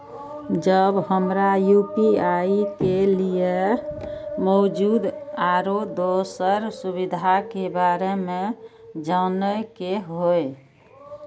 जब हमरा यू.पी.आई के लिये मौजूद आरो दोसर सुविधा के बारे में जाने के होय?